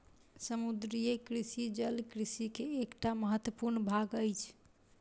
समुद्रीय कृषि जल कृषि के एकटा महत्वपूर्ण भाग अछि